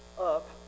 up